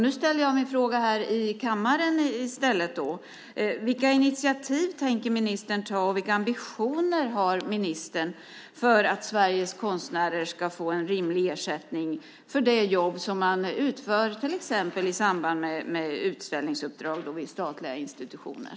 Nu ställer jag min fråga här i kammaren i stället: Vilka initiativ tänker ministern ta och vilka ambitioner har ministern för att Sveriges konstnärer ska få en rimlig ersättning för det jobb som man utför, till exempel i samband med utställningsuppdrag vid statliga institutioner?